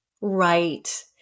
Right